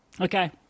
Okay